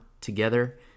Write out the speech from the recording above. together